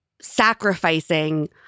sacrificing